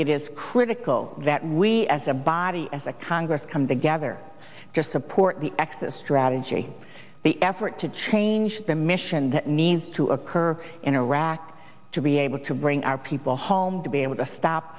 it is critical that we as a body as a congress come together to support the exit strategy the effort to change the mission that needs to occur in iraq to be able to bring our people home to be able to stop